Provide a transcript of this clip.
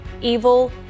evil